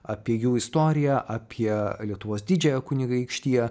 apie jų istoriją apie lietuvos didžiąją kunigaikštiją